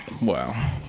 Wow